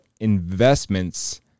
investments